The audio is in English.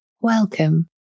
Welcome